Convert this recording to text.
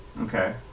okay